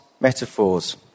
metaphors